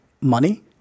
money